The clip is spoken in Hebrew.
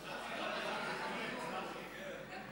זה ירד בחזרה.